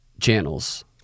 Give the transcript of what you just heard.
channels